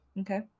Okay